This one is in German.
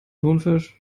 thunfisch